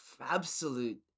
absolute